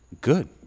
good